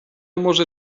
może